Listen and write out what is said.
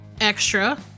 extra